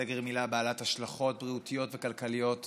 סגר הוא מילה בעלת השלכות בריאותיות וכלכליות אדירות,